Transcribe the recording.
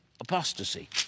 apostasy